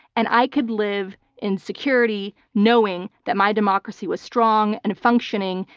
and i could live in security knowing that my democracy was strong and functioning,